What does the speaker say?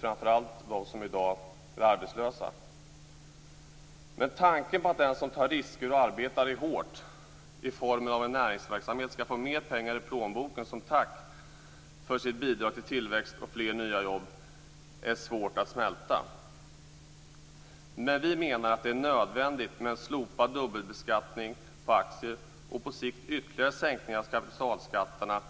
Framför allt gäller det dem som är arbetslösa. Tanken att den som tar risker och arbetar hårt i en näringsverksamhet skall få mer pengar i plånboken som tack för sitt bidrag till tillväxt och fler nya jobb är dock svår att smälta. Men vi menar att det är nödvändigt med slopad dubbelbeskattning på aktier och på sikt ytterligare sänkning av kapitalskatterna